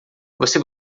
você